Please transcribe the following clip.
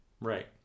Right